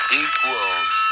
equals